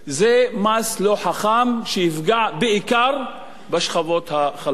זה מס לא חכם, שיפגע בעיקר בשכבות החלשות.